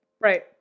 Right